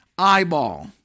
Eyeball